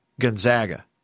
Gonzaga